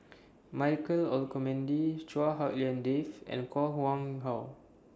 Michael Olcomendy Chua Hak Lien Dave and Koh Nguang How